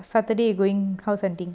saturday you going house hunting